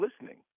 listening